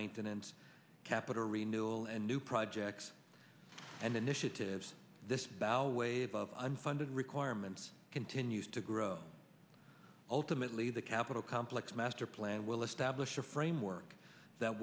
maintenance capital renewal and new projects and initiatives this bow wave of unfunded requirements continues to grow ultimately the capitol complex master plan will establish a framework that